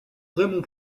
raymond